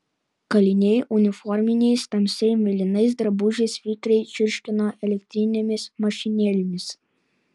kaliniai uniforminiais tamsiai mėlynais drabužiais vikriai čirškino elektrinėmis mašinėlėmis